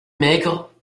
maigre